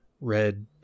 red